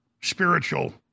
spiritual